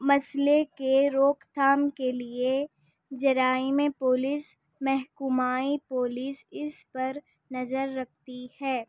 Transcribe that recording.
مسئلے کے روک تھام کے لیے جرائم پولیس محکمۂ پولیس اس پر نظر رکھتی ہے